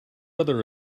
other